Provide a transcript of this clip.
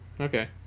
okay